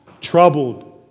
troubled